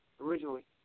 originally